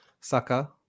Saka